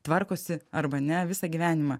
tvarkosi arba ne visą gyvenimą